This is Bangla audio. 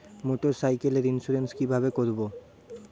মোটরসাইকেলের ইন্সুরেন্স কিভাবে করব?